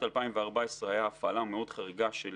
הייתה הפעלה חריגה מאוד של